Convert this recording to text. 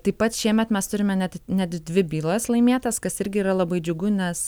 taip pat šiemet mes turime net net dvi bylas laimėtas kas irgi yra labai džiugu nes